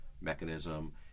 mechanism